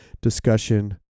discussion